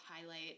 highlight